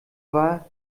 war